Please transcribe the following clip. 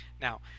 Now